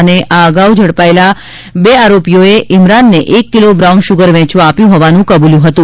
અને આ અગાઉ પકડાયેલા બે આરોપીઓએ ઇમરાનને એક કિલો બ્રાઉન સુગર વેચવા આપ્યું હોવાનું કબૂલ્યું હતું